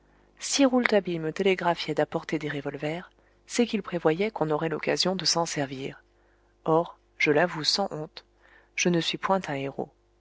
rouletabille me télégraphiait d'apporter des revolvers c'est qu'il prévoyait qu'on aurait l'occasion de s'en servir or je l'avoue sans honte je ne suis point un héros